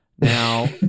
Now